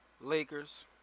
Lakers